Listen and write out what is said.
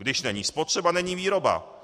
Když není spotřeba, není výroba.